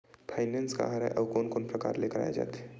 Finance का हरय आऊ कोन कोन प्रकार ले कराये जाथे?